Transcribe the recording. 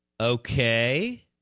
Okay